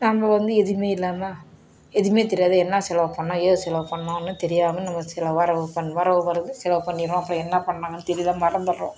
நம்ம வந்து எதுவுமே இல்லாமல் எதுவுமே தெரியாத என்ன செலவு பண்ணிணோம் ஏது செலவு பண்ணோம்னு தெரியாமல் நம்ம சில வரவு பண் இப்போ வரவு வருது செலவு பண்ணிடுறோம் அப்புறம் என்ன பண்ணிணாங்கன்னு தெரியல மறந்துவிட்றோம்